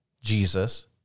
Jesus